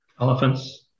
Elephants